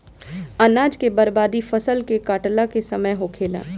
अनाज के बर्बादी फसल के काटला के समय होखेला